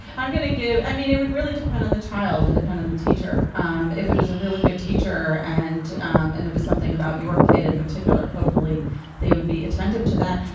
i'm going to give. i mean, it would really depend on the child and depend on the teacher um if it was a really good teacher. and um and it was something about your kid in particular. hopefully they would be attentive to that.